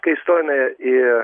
kai įstojome į